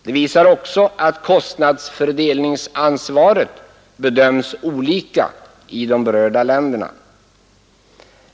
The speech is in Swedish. De visar också att kostnadsfördelningsansvaret bedöms olika i berörda länder.